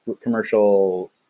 commercial